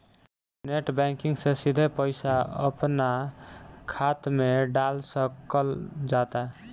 net banking से सिधे पईसा अपना खात मे डाल सकल जाता